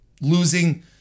Losing